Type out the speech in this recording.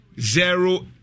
zero